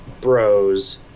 bros